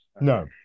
No